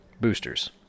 Boosters